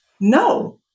no